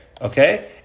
okay